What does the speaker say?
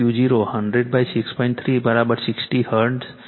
316 hertz છે